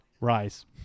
Rise